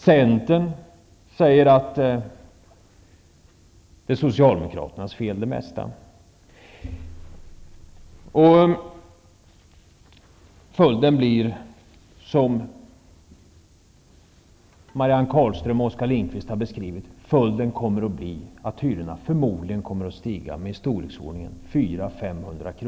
Centern säger att det mesta är socialdemokraternas fel. Följden blir, som Marianne Carlström och Oskar Lindkvist har beskrivit, att hyran vid årsskiftet förmodligen kommer att stiga med 400--500 kr.